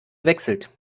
wechselt